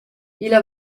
illa